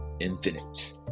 infinite